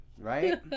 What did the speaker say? right